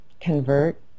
convert